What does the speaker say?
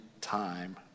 time